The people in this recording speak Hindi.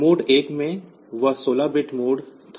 मोड 1 में वह 16 बिट मोड था